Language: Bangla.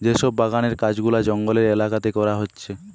যে সব বাগানের কাজ গুলা জঙ্গলের এলাকাতে করা হচ্ছে